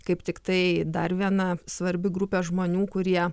kaip tiktai dar viena svarbi grupė žmonių kurie